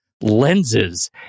lenses